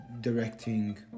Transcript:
directing